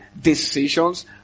decisions